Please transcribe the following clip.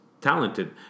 talented